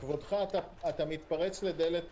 אתה מתפרץ לדלת פתוחה.